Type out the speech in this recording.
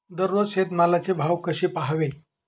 दररोज शेतमालाचे भाव कसे पहावे?